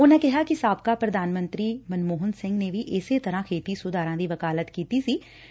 ਉਨਾਂ ਕਿਹਾ ਕਿ ਸਾਬਕਾ ਪੁਧਾਨ ਮੰਤਰੀ ਮਨਮੋਹਨ ਸਿੰਘ ਨੇ ਵੀ ਇਸੇ ਤਰੁਾਂ ਖੇਤੀ ਸੁਧਾਰਾਂ ਦੀ ਵਕਾਲਤ ਕੀਤੀ ਸੀਂ